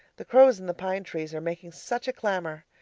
the crows in the pine trees are making such a clamour!